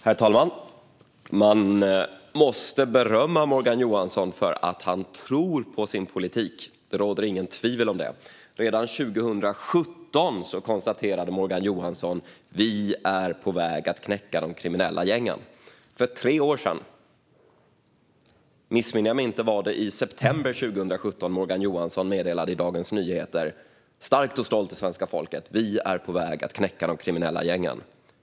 Herr talman! Man måste berömma Morgan Johansson för att han tror på sin politik. Det råder inget tvivel om det. Redan 2017 konstaterade Morgan Johansson att man var på väg att knäcka de kriminella gängen - för tre år sedan. Missminner jag mig inte var det i september 2017 som Morgan Johansson i Dagens Nyheter starkt och stolt meddelade svenska folket: Vi är på väg att knäcka de kriminella gängen.